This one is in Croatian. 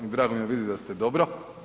Drago mi je vidjeti da ste dobro.